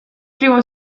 primo